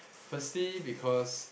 firstly because